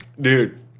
Dude